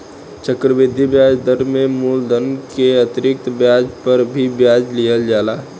चक्रवृद्धि ब्याज दर में मूलधन के अतिरिक्त ब्याज पर भी ब्याज के लिहल जाला